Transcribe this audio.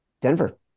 Denver